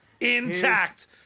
intact